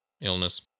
Illness